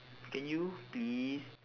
can you please